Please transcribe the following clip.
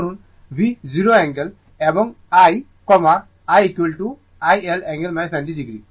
ধরুন angle 0o এবং I I iL angle 90o